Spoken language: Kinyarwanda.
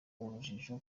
urujijo